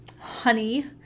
honey